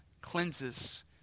cleanses